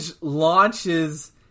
launches